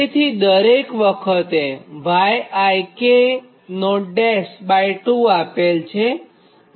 તેથી દરેક વખતે yik2 આપેલ છે